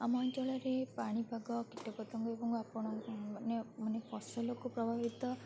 ଆମ ଅଞ୍ଚଳରେ ପାଣିପାଗ କୀଟପତଙ୍ଗ ଏବଂ ଆପଣ ମାନେ ମାନେ ଫସଲକୁ ପ୍ରଭାବିତ